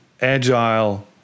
agile